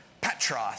Petros